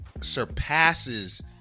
surpasses